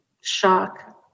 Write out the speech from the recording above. shock